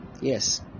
Yes